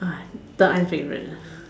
ah third aunt favourite ah